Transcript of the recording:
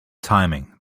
timing